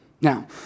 Now